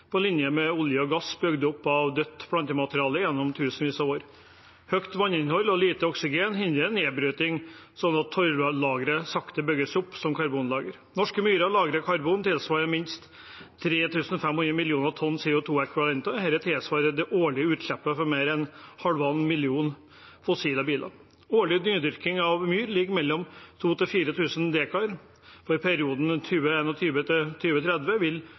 på linje med olje og gass bygd opp av dødt plantemateriale gjennom tusenvis av år. Høyt vanninnhold og lite oksygen hindrer nedbryting, slik at torvlageret sakte bygges opp som karbonlager. Norske myrer lagrer karbon tilsvarende minst 3 500 mill. tonn CO 2 -ekvivalenter. Det tilsvarer det årlige utslippet fra mer enn 1,5 millioner fossile biler. Årlig nydyrking av myr ligger på 2 000–4 000 dekar. I perioden